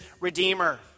Redeemer